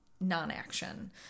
non-action